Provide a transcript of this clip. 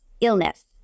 illness